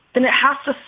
then it has to.